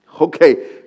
Okay